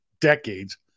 decades